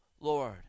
Lord